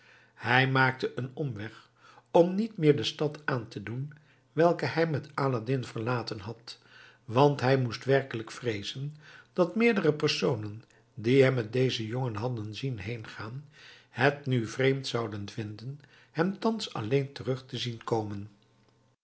hij maakte een omweg om niet meer de stad aan te doen welke hij met aladdin verlaten had want hij moest werkelijk vreezen dat meerdere personen die hem met dezen jongen hadden zien heengaan het nu vreemd zouden vinden hem thans alleen terug te zien komen